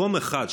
מקום אחד,